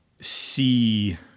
see